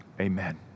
amen